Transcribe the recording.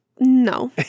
No